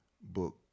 book